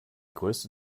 größte